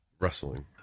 Wrestling